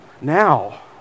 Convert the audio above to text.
Now